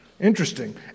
interesting